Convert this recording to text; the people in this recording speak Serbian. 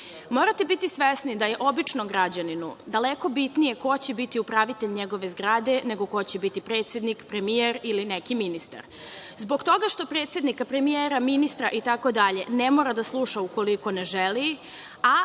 Morate biti svesni da je običnom građaninu daleko bitnije ko će biti upravitelj njegove zgrade nego ko će biti predsednik, premijer ili neki ministar, zbog toga što predsednika, premijera, ministra ne mora da sluša ukoliko ne želi, a